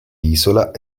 isola